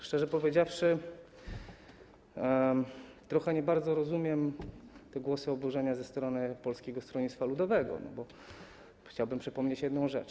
Szczerze powiedziawszy, trochę nie za bardzo rozumiem te głosy oburzenia ze strony Polskiego Stronnictwa Ludowego, bo chciałbym przypomnieć jedną rzecz.